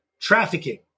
trafficking